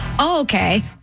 okay